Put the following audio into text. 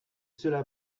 cela